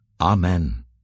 Amen